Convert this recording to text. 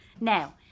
Now